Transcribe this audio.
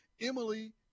Emily